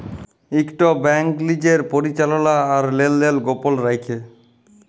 ইকট ব্যাংক লিজের পরিচাললা আর লেলদেল গপল রাইখে